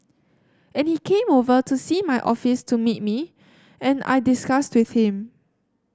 and he came over to see my office to meet me and I discussed with him